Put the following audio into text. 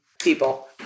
people